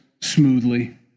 smoothly